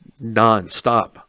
nonstop